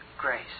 grace